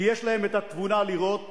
כי יש להם התבונה לראות,